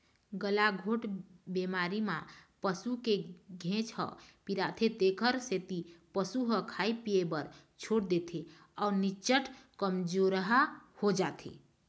गलाघोंट बेमारी म पसू के घेंच ह पिराथे तेखर सेती पशु ह खाए पिए बर छोड़ देथे अउ निच्चट कमजोरहा हो जाथे